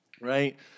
right